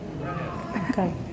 Okay